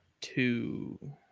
two